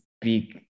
big